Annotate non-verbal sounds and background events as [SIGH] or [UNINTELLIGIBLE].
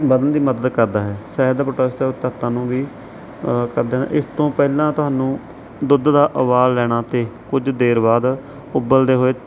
ਵਧਣ ਦੀ ਮਦਦ ਕਰਦਾ ਹੈ ਸ਼ਹਿਦ [UNINTELLIGIBLE] ਤੱਤਾਂ ਨੂੰ ਵੀ ਕਰਦੇ ਹਨ ਇਸ ਤੋਂ ਪਹਿਲਾਂ ਤੁਹਾਨੂੰ ਦੁੱਧ ਦਾ ਉਬਾਲ ਲੈਣਾ ਅਤੇ ਕੁਝ ਦੇਰ ਬਾਅਦ ਉਬਲਦੇ ਹੋਏ